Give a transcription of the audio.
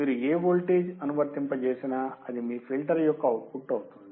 మీరు ఏ వోల్టేజ్ అనువర్తింప చేసినా అది మీ ఫిల్టర్ యొక్క అవుట్పుట్ అవుతుంది